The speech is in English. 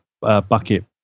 Bucket